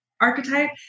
archetype